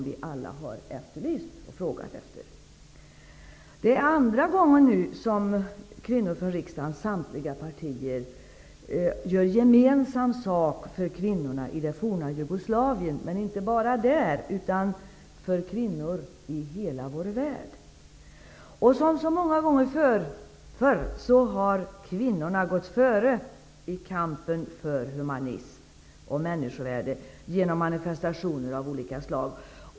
Det är nu andra gången som kvinnor från riksdagens samtliga partier gör gemensam sak för kvinnorna i det forna Jugoslavien, och inte bara där, utan för kvinnor i hela vår värld. Som så många gånger förr har kvinnorna gått före i kampen för humanitet och människovärde genom manifestationer av olika slag.